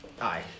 aye